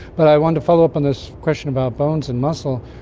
but i want to follow up on this question about bones and muscle.